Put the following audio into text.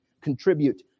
contribute